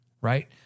right